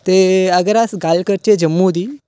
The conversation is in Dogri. ते अगर अस गल्ल करचै जम्मू दी